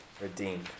redeemed